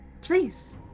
Please